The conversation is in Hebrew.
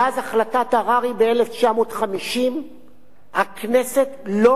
מאז החלטת הררי ב-1950 הכנסת לא